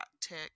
tick